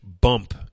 bump